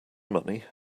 money